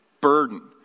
burden